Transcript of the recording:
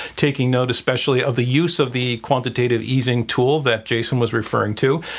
taking note especially of the use of the quantitative easing tool that jason was referring to.